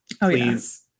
please